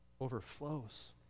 overflows